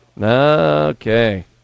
Okay